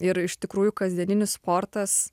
ir iš tikrųjų kasdieninis sportas